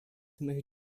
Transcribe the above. mych